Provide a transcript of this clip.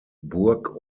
burg